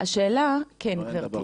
השאלה היא --- כן, גברתי.